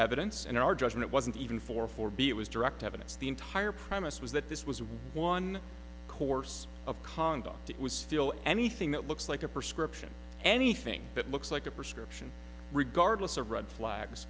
evidence and our judgment wasn't even for four b it was direct evidence the entire premise was that this was one course of conduct it was still anything that looks like a prescription anything that looks like a prescription regardless of red flags